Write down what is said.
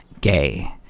gay